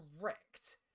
correct